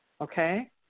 Okay